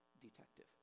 detective